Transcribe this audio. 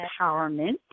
Empowerment